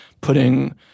putting